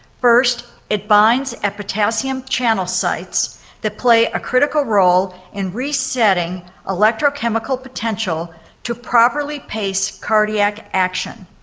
first, it binds at potassium channel sites that play a critical role in resetting electrochemical potential to properly pace cardiac action.